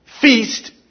feast